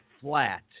flat